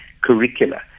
curricula